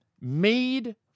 made